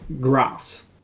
grass